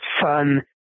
fun